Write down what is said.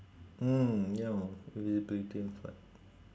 mm ya invisibility and flight